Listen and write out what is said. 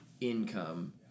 income